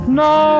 no